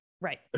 Right